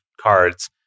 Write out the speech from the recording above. cards